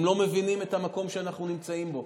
הם לא מבינים את המקום שאנחנו נמצאים בו.